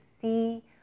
see